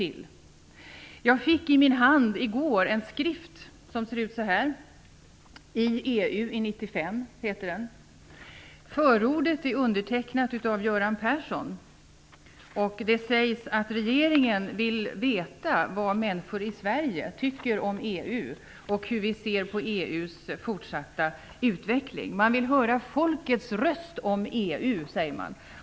Jag fick i min hand i går en skrift. "I EU 1995", heter den. Förordet är undertecknat av Göran Persson. Det sägs att regeringen vill veta vad människor i Sverige tycker om EU och hur vi ser på EU:s fortsatta utveckling. Man vill höra folkets röst om EU, säger man.